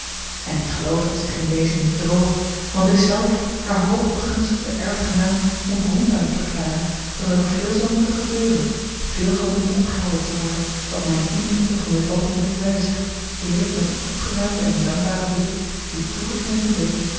en ik geloof dat zij zich in dezen niet bedroog want ik zelf haar hoog begunstigde erfgenaam moet ronduit verklaren dat er nog veel zal moeten gebeuren veel zal dienen opgehelderd te worden wat mijne indrukken van dit oogenblik wijzigt eer ik met een opgeruimden en dankbaren blik die toegeknepen lippen